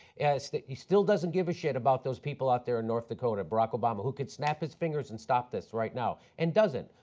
he still doesn't give a should about those people out there and north dakota, barack obama who could snap his figures and stop this right now and doesn't.